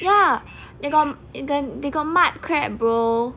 ya they got then they got mud crab bro